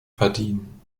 verdienen